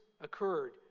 occurred